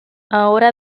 ahora